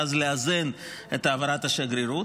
ואז לאזן את העברת השגרירות.